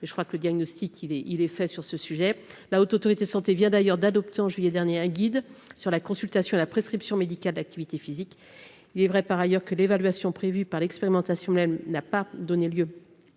mais je crois que le diagnostic, il est, il est fait sur ce sujet, la Haute Autorité de Santé vient d'ailleurs d'adopter en juillet dernier un guide sur la consultation à la prescription médicale d'activité physique, il est vrai par ailleurs que l'évaluation prévue par l'expérimentation là elle n'a pas donné lieu,